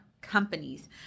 Companies